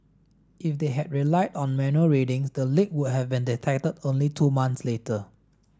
if they had relied on manual readings the leak would have been detected only two months later